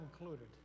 included